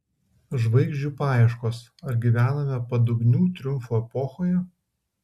žvaigždžių paieškos ar gyvename padugnių triumfo epochoje